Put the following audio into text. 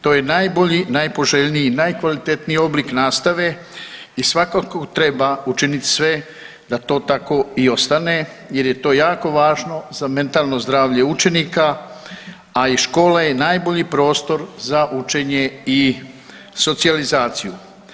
To je najbolji, najpoželjniji i najkvalitetniji oblik nastave i svakako treba učiniti sve da to tako i ostane jer je to jako važno za mentalno zdravlje učenika, a i škola je najbolji prostor za učenje i socijalizaciju.